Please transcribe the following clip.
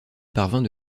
parvint